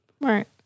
Right